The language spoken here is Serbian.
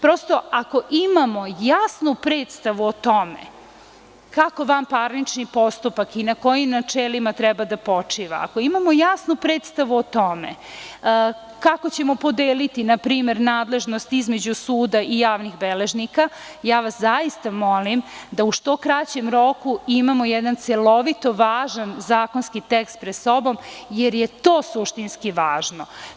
Prosto, ako imamo jasnu predstavu o tome kako vanparnični postupak i na kojim načelima treba da počiva, ako imamo jasnu predstavu o tome kako ćemo podeliti, na primer, nadležnost između suda i javnih beležnika, zaista vas molim da u što kraćem roku imamo jedan celovito važan zakonski tekst pred sobom, jer je to suštinski važno.